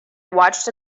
watched